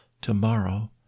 tomorrow